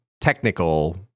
technical